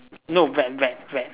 no vet vet vet